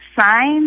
sign